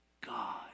God